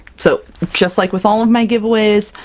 so just like with all of my giveaways,